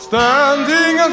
Standing